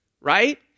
right